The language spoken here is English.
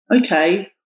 okay